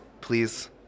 please